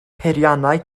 peiriannau